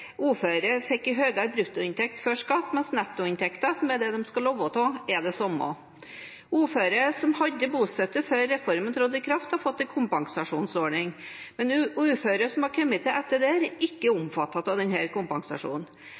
fikk en høyere bruttoinntekt før skatt, mens nettoinntekten, som er det de skal leve av, er den samme. Uføre som hadde bostøtte før reformen trådte i kraft, har fått en kompensasjonsordning, men uføre som har kommet til etter det, er ikke omfattet av denne kompensasjonen.